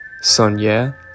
Sonia